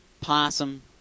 possum